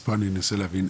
אז פה אני מנסה להבין.